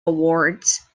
awards